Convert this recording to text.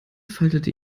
faltete